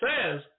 says